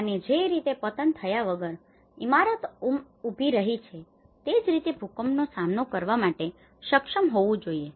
અને જે રીતે પતન થયા વગર ઉમારતો ઉભી રહી છે તે જ રીતે તે ભૂકંપનો સામનો કરવા માટે સક્ષમ હોવું જોઈએ